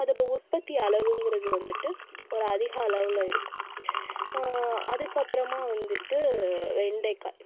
அதோட உற்பத்தி அளவுங்கிறது வந்துட்டு ஒரு அதிக அளவில் இருக்கும் அதுக்கு அப்புறமாக வந்துட்டு வெண்டைக்காய்